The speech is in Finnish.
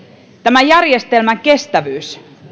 tämän järjestelmän kestävyys